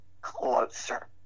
closer